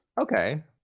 Okay